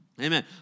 Amen